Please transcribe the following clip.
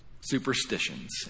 superstitions